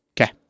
Okay